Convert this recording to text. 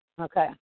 okay